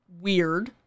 weird